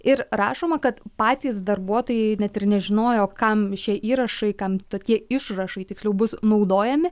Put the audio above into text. ir rašoma kad patys darbuotojai net ir nežinojo kam šie įrašai kam tokie išrašai tiksliau bus naudojami